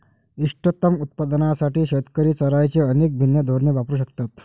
इष्टतम उत्पादनासाठी शेतकरी चराईची अनेक भिन्न धोरणे वापरू शकतात